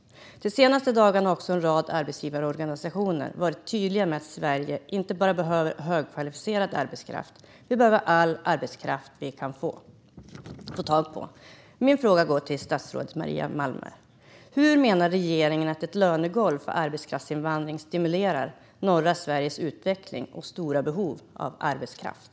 De senaste dagarna har också en rad andra arbetsgivarorganisationer varit tydliga med att Sverige inte bara behöver högkvalificerad arbetskraft. Vi behöver all arbetskraft vi kan få tag på. Min fråga går till statsrådet Maria Malmer Stenergard. Hur menar regeringen att ett lönegolv för arbetskraftsinvandring stimulerar norra Sveriges utveckling och stora behov av arbetskraft?